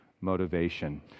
motivation